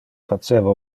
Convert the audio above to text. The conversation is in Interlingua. faceva